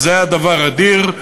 וזה היה דבר אדיר.